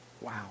Wow